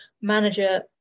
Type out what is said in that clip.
manager